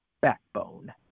backbone